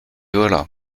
voilà